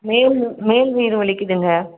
மேல் மேல் வயிறு வலிக்கிதுங்க